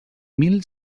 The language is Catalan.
mil